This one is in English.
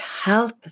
help